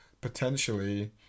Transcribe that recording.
potentially